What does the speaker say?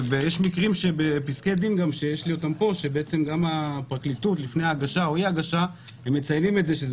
יש מקרים של פסקי דין שבהם הפרקליטות מציינים שזה